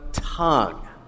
tongue